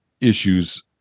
issues